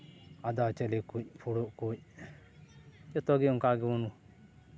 ᱟᱫᱽᱣᱟ ᱪᱟᱣᱞᱮ ᱠᱚ ᱯᱷᱩᱲᱩᱜ ᱠᱚ ᱡᱚᱛᱚ ᱜᱮ ᱚᱱᱠᱟ ᱜᱮᱵᱚᱱ